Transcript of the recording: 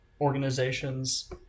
organizations